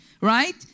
right